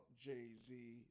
Jay-Z